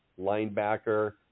linebacker